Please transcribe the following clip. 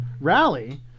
rally